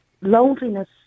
loneliness